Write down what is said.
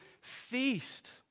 feast